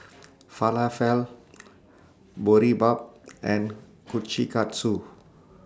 Falafel Boribap and Kushikatsu